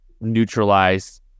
neutralize